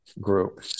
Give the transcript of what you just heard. group